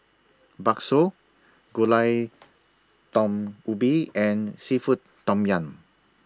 Bakso Gulai Daun Ubi and Seafood Tom Yum